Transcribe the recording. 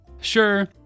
Sure